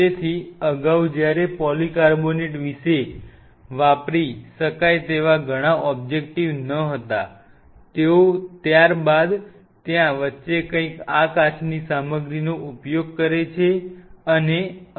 તેથી અગાઉ જ્યારે પોલીકાર્બોનેટ માટે વાપરી શકાય તેવા ઘણા ઓબજેક્ટીવ ન હતા તેઓ ત્યારબાદ ત્યાં વચ્ચે કંઈક આ કાચની સામગ્રીનો ઉપયોગ કરે છે અને આવે છે